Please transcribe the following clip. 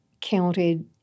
counted